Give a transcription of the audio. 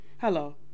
Hello